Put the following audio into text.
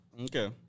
Okay